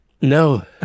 No